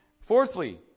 Fourthly